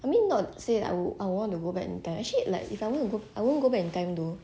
I mean not say I would I would want to go back in time actually like if I'm wanna I won't go back in time though